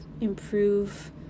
improve